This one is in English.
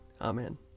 Amen